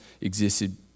existed